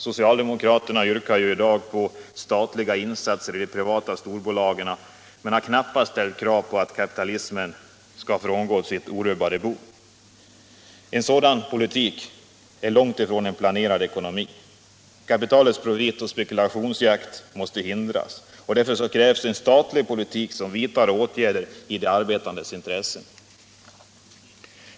Socialdemokrater yrkar ju i dag på statlig insatser i de privata storbolagen men har knappast ställt krav på att kapitalismen inte skall få sitta kvar i orubbat bo. En sådan politik ligger långt från en planerad ekonomi. Kapitalets profitoch spekulationsjakt måste hindras. Därför krävs en statlig politik som vidtar åtgärder i de arbetandes intressen.